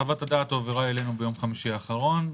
חוות הדעת הועברה אלינו ביום חמישי האחרון.